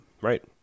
Right